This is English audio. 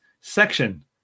section